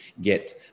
get